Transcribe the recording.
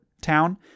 town